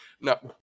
No